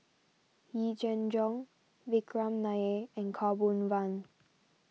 Yee Jenn Jong Vikram Nair and Khaw Boon Wan